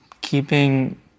keeping